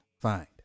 find